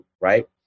right